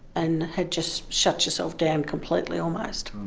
and had just shut yourself down completely almost.